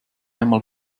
einmal